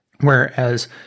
Whereas